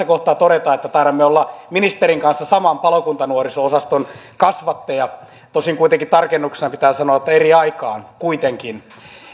kohtaa todeta että taidamme olla ministerin kanssa saman palokuntanuoriso osaston kasvatteja tosin tarkennuksena pitää sanoa että eri aikaan kuitenkin